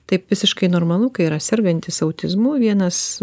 taip visiškai normalu kai yra sergantis autizmu vienas